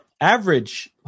average